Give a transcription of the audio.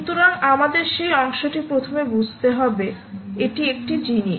সুতরাং আমাদের সেই অংশটি প্রথমে বুঝতে হবে এটি একটি জিনিস